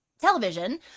television